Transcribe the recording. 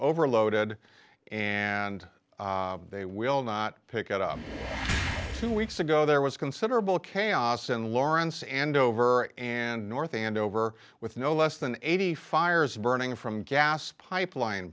overloaded and they will not pick it up two weeks ago there was considerable chaos in lawrence and over and north andover with no less than eighty fires burning from gas pipeline